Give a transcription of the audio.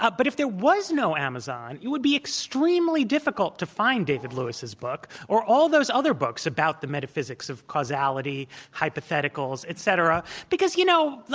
but but if there was no amazon, it would be extremely difficult to find david lewis s book or all those other books about the metaphysics of causality, hypotheticals, et cetera because you know,